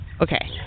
Okay